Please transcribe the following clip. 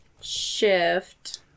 shift